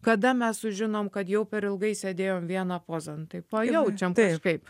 kada mes sužinom kad jau per ilgai sėdėjom vieną poza nu tai pajaučiam kažkaip